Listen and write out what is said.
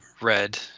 red